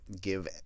give